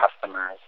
customers